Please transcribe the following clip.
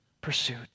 pursuit